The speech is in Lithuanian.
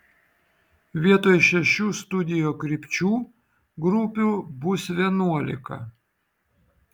vietoj šešių studijų krypčių grupių bus vienuolika